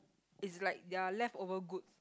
is like their leftover goods